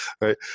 Right